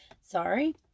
Sorry